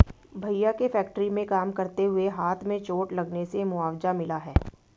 भैया के फैक्ट्री में काम करते हुए हाथ में चोट लगने से मुआवजा मिला हैं